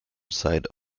side